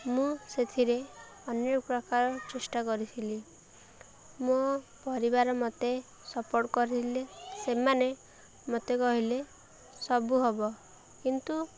ମୁଁ ସେଥିରେ ଅନେକ ପ୍ରକାର ଚେଷ୍ଟା କରିଥିଲି ମୋ ପରିବାର ମତେ ସପୋର୍ଟ କରିଲେ ସେମାନେ ମତେ କହିଲେ ସବୁ ହବ କିନ୍ତୁ